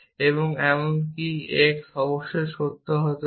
এবং এমনকি x অবশ্যই সত্য হতে হবে